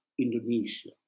Indonesia